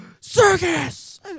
Circus